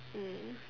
mm